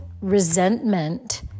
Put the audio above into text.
resentment